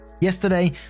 yesterday